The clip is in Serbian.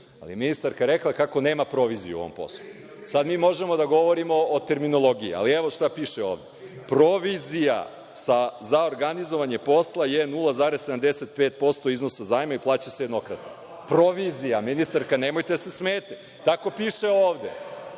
rečenicu. Ministarka je rekla kako nema provizije u ovom poslu. Sada mi možemo da govorimo o terminologiji, ali evo šta piše ovde. „Provizija za organizovanje posla je 0,75% iznosa zajma i plaća se jednokratno.“ Provizija. Ministarka, nemojte da se smejete, tako piše ovde.